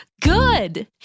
Good